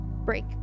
break